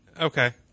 okay